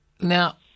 Now